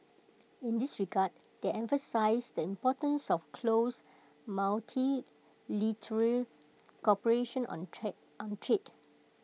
in this regard they emphasised the importance of close multilateral cooperation on trade on trade